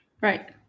Right